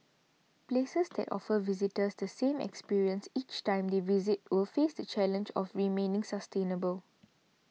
places that offer visitors the same experience each time they visit will face the challenge of remaining sustainable